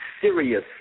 serious